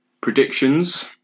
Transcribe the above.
predictions